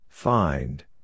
Find